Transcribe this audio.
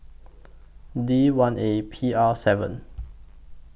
D one A P R seven